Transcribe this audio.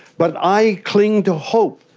but i cling to hope,